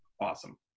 awesome